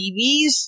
TVs